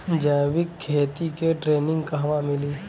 जैविक खेती के ट्रेनिग कहवा मिली?